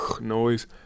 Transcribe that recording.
noise